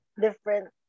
different